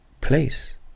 place